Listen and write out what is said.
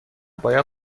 باید